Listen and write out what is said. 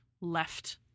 left